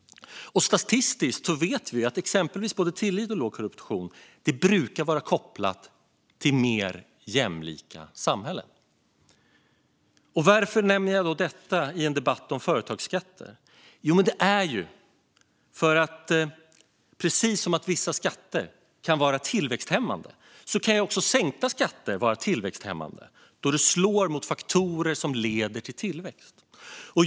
Statistiskt vet vi att exempelvis både tillit och låg korruption brukar vara kopplat till mer jämlika samhällen. Varför nämner jag då detta i en debatt om företagsskatter? Jo, precis som att vissa skatter kan vara tillväxthämmande kan även sänkta skatter vara tillväxthämmande om de slår mot faktorer som leder till tillväxt.